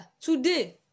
Today